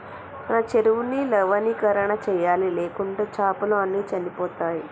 మన చెరువుని లవణీకరణ చేయాలి, లేకుంటే చాపలు అన్ని చనిపోతయ్